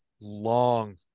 long